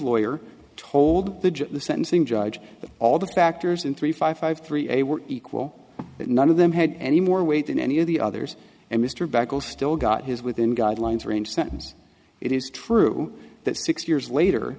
lawyer told the judge at the sentencing judge that all the factors in three five five three a were equal that none of them had any more weight than any of the others and mr back will still got his within guidelines range sentence it is true that six years later